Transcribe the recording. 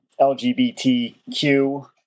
LGBTQ